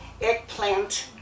eggplant